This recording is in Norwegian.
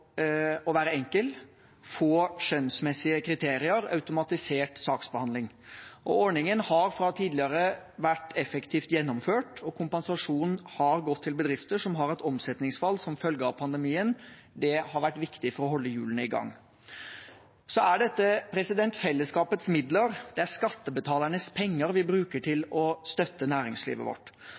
å være enkel, med få skjønnsmessige kriterier og automatisert saksbehandling. Ordningen har fra tidligere vært effektivt gjennomført, og kompensasjonen har gått til bedrifter som har et omsetningsfall som følge av pandemien. Det har vært viktig for å holde hjulene i gang. Dette er fellesskapets midler. Det er skattebetalernes penger vi bruker til å støtte næringslivet vårt.